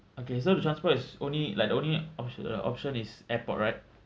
okay so the transport is only like the only option the option is airport right